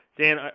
Dan